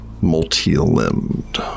multi-limbed